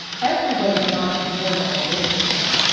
everybody's an entrepreneur now on instagram.